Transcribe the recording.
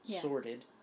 sorted